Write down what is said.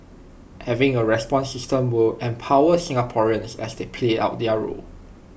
having A response system would empower Singaporeans as they play out their role